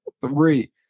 three